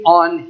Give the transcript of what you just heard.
on